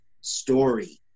story